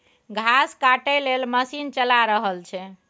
घास काटय लेल मशीन चला रहल छै